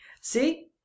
see